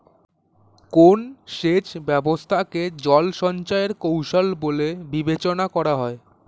কোন সেচ ব্যবস্থা কে জল সঞ্চয় এর কৌশল বলে বিবেচনা করা হয়?